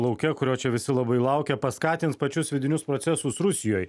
lauke kurio čia visi labai laukia paskatins pačius vidinius procesus rusijoj